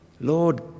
Lord